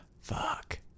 Fuck